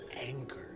anger